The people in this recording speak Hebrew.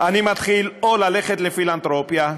אני מתחיל או ללכת לפילנתרופיה,